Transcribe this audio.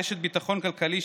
תוכנית רשת ביטחון כלכלי,